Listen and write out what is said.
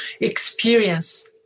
experience